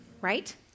right